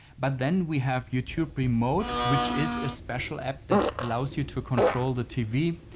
but then we have youtube remote which is a special app that allows you to control the tv.